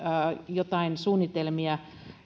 jotain suunnitelmia